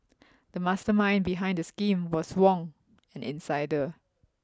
the mastermind behind the scheme was Wong an insider